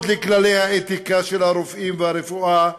לכללי האתיקה של הרופאים והרפואה,